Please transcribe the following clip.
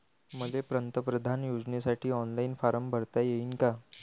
मले पंतप्रधान योजनेसाठी ऑनलाईन फारम भरता येईन का?